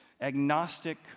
agnostic